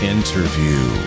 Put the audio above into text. Interview